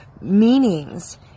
meanings